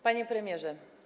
Panie Premierze!